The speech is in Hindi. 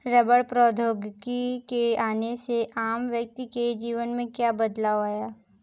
रबड़ प्रौद्योगिकी के आने से आम व्यक्ति के जीवन में क्या बदलाव आया?